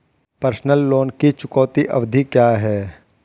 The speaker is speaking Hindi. पर्सनल लोन की चुकौती अवधि क्या है?